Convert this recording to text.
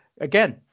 again